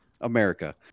America